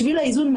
בשביל האיזון,